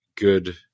good